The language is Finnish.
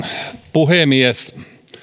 puhemies